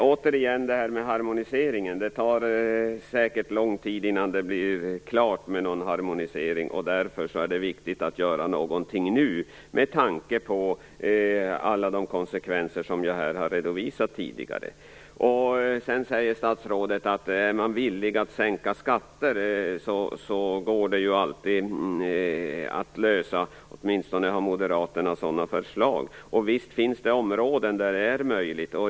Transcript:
Fru talman! Det tar säkert lång tid innan det blir klart med någon harmonisering. Därför är det viktigt att göra någonting nu med tanke på alla de konsekvenser jag här har redovisat. Sedan säger statsrådet att det alltid går att lösa detta om man är villig att sänka skatter - åtminstone har Moderaterna sådana förslag. Visst finns det områden där det är möjligt.